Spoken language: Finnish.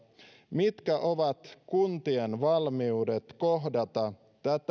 mitkä ovat kuntien valmiudet kohdata